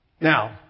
Now